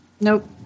Nope